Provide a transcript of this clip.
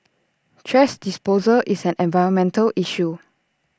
thrash disposal is an environmental issue